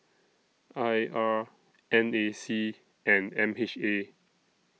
I R N A C and M H A